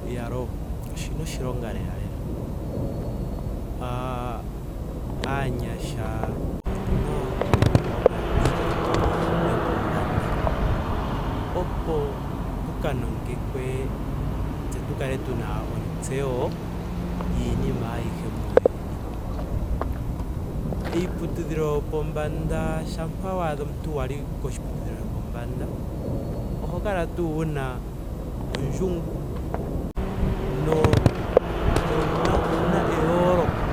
Iyaalo. oshina oshilonga lela lela. Aaahh aanyasha otuna otwa pumbwa okuya kiiputudhilo yopombanda opo tuka nongekwe tse tu kale tuna ontseyo yiinima ayihe muuyuni. Iiputudhilo yopombanda shama waadha wali koshiputudhilo shopombanda oho kala tuu wuna ondjungu no- nowuna eyooloko.